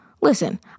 Listen